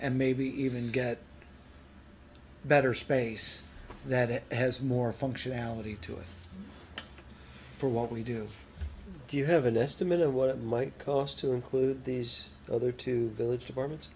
and maybe even get better space that it has more functionality to it for what we do do you have an estimate of what it might cost to include these other two village apartment